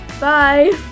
bye